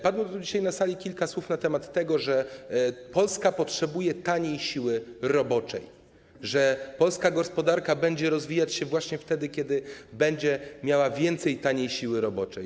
Padło dzisiaj na sali kilka słów na temat tego, że Polska potrzebuje taniej siły roboczej, że polska gospodarka będzie się rozwijać właśnie wtedy, kiedy będzie miała więcej taniej siły roboczej.